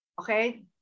okay